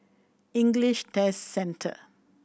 English Test Centre